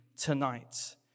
tonight